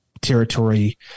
territory